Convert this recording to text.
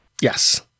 Yes